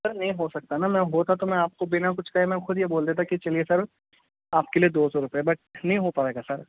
سر نہیں ہو سکتا نا میں ہوتا تو میں آپ کو بنا کچھ کہے میں خود ہی بول دیتا کہ چلیے سر آپ کے لیے دو سو روپئے بٹ نہیں ہو پائے گا سر